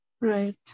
Right